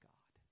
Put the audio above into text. God